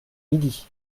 midi